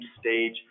stage